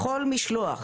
לכל משלוח.